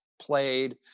played